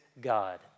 God